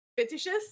fetishes